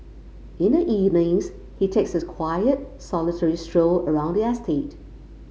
in the evenings he takes a quiet solitary stroll around the estate